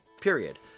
period